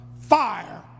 fire